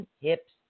hips